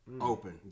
Open